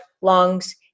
lungs